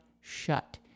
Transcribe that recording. shut